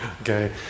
Okay